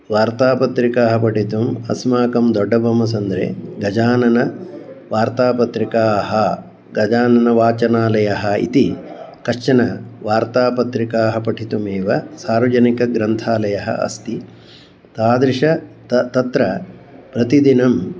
वार्तापत्रिकाः पठितुम् अस्माकं दोड्डबोम्मसन्द्रे गजाननवार्तापत्रिकाः गजाननवाचनालयः इति कश्चन वार्तापत्रिकाः पठितुमेव सार्वजनिकग्रन्थालयः अस्ति तादृशः तत्र तत्र प्रतिदिनं